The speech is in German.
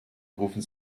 rufen